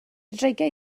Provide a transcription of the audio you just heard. dreigiau